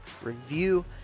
review